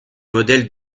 modèle